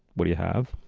what do you have?